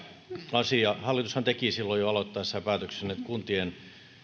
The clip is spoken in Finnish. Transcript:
asia hallitushan teki jo silloin aloittaessaan päätöksen että kuntien